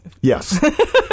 Yes